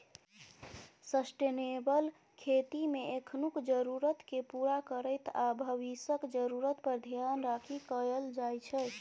sustainable खेतीमे एखनुक जरुरतकेँ पुरा करैत आ भबिसक जरुरत पर धेआन राखि कएल जाइ छै